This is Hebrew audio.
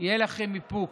שיהיה לכם איפוק.